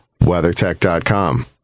WeatherTech.com